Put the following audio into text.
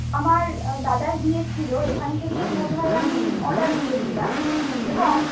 আমার দাদার বিয়ে ছিল এখান থেকেই বোধহয় আমি অর্ডার দিয়েছিলাম এবং